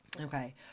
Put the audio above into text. Okay